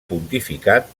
pontificat